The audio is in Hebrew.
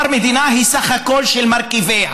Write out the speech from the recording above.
הוא אמר שמדינה היא סך הכול של מרכיביה.